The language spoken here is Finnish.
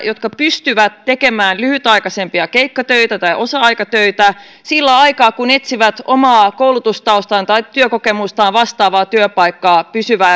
jotka pystyvät tekemään lyhytaikaisempia keikkatöitä tai osa aikatöitä sillä aikaa kun etsivät omaa koulutustaustaansa tai työkokemustaan vastaavaa työpaikkaa pysyvää